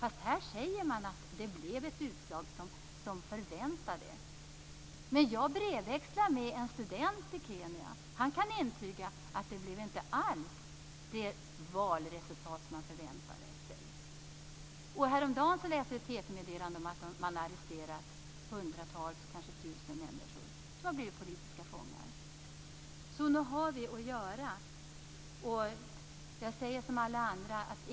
Men här säger man att valutslaget blev som förväntat. Jag brevväxlar med en student i Kenya. Han kan intyga att det inte blev det valresultat som förväntades. Häromdagen läste jag ett TT-meddelande där det framgick att hundratals, kanske tusen, människor hade arresterats. De har blivit politiska fångar. Nog finns det att göra.